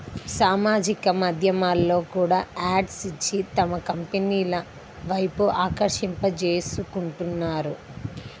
సామాజిక మాధ్యమాల్లో కూడా యాడ్స్ ఇచ్చి తమ కంపెనీల వైపు ఆకర్షింపజేసుకుంటున్నారు